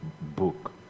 book